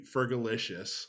Fergalicious